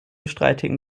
streitigen